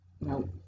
No